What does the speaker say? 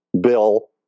bill